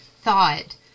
thought